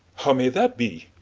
how may that be?